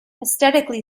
aesthetically